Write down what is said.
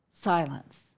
silence